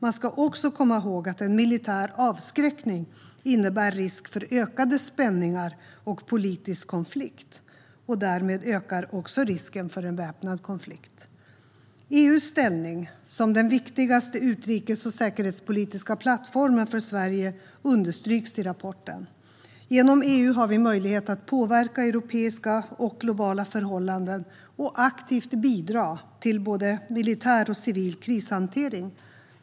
Man ska också komma ihåg att en militär avskräckning innebär risk för ökade spänningar och politisk konflikt. Därmed ökar också risken för en väpnad konflikt. EU:s ställning som den viktigaste utrikes och säkerhetspolitiska plattformen för Sverige understryks i rapporten. Genom EU har vi möjlighet att påverka europeiska och globala förhållanden och aktivt bidra till både militär och civil krishantering.